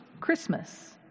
christmas